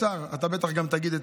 השר, אתה בטח תגיד,